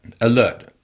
alert